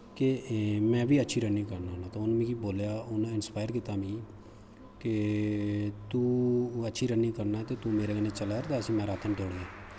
कि में बी अच्छी रनिंग करना होन्ना ते उन्न मिगी बोलेआ इंस्पायर कीता मिगी के तूं अच्छी रनिंग करना ऐं ते मेरै कन्नै चला कर ते मैराथन दौड़ा करगे